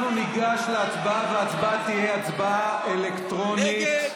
אנחנו ניגש להצבעה וההצבעה תהיה הצבעה אלקטרונית.